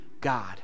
God